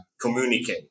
communicate